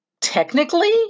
technically